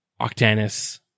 Octanus